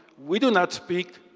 we do not speak,